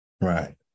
right